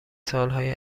سالهای